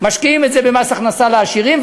משקיעים את זה במס הכנסה לעשירים,